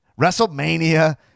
WrestleMania